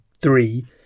three